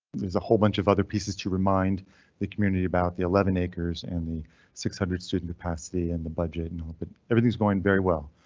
there's a whole bunch of other pieces to remind the community about the eleven acres and the six hundred student capacity and the budget and hope but everything is going very well.